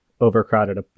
overcrowded